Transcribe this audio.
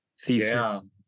thesis